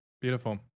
Beautiful